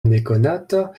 nekonata